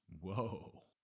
whoa